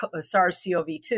SARS-CoV-2